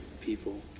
people